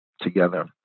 together